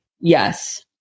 Yes